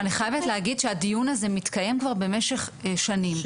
אבל אני חייבת להגיד שהדיון הזה מתקיים כבר במשך שנים.